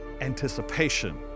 anticipation